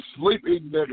sleeping